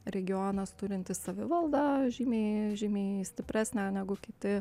regionas turintis savivaldą žymiai žymiai stipresnę negu kiti